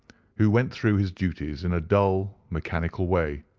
who went through his duties in a dull mechanical way.